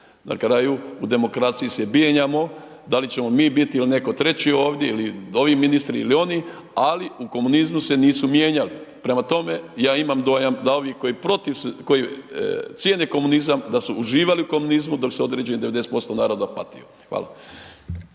Na kraju, u demokraciji se mijenjaju, da li ćemo mi biti ili netko treći ovdje ili ovi ministri ili oni, ali u komunizmu se nisu mijenjali, prema tome, ja imam dojam da ovi koji cijene komunizam da su uživali u komunizmu, dok se određenih 90% naroda patio. Hvala.